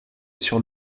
sur